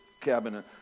cabinet